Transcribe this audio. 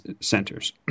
centers